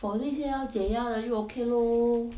for 那些要减压的就 okay lor